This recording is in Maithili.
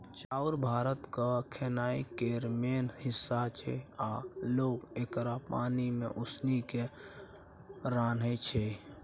चाउर भारतक खेनाइ केर मेन हिस्सा छै आ लोक एकरा पानि मे उसनि केँ रान्हय छै